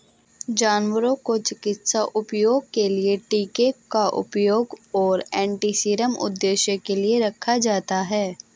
जानवरों को चिकित्सा उपयोग के लिए टीके का उत्पादन और एंटीसीरम उद्देश्यों के लिए रखा जाता है